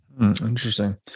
Interesting